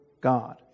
God